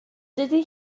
dydy